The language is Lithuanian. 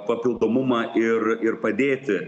papildomumą ir ir padėti